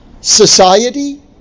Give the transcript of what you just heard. society